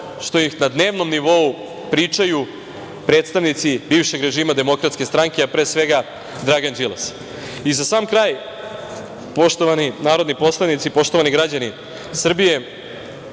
što im na dnevnom nivou pričaju predstavnici bivšeg režima DS, a pre svega Dragan Đilas.I za sam kraj, poštovani narodni poslanici, poštovani građani Srbije,